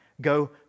go